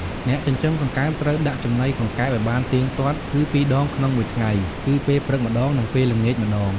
អ្នកចិញ្ចឹមកង្កែបត្រូវដាក់ចំណីកង្កែបឲ្យបានទៀងទាត់ គឺពីរដងក្នុងមួយថ្ងៃ គឺពេលព្រឹកម្ដង និងពេលល្ងាចម្ដង។